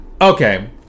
okay